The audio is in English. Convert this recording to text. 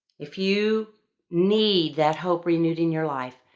if you need that hope renewed in your life,